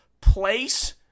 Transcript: place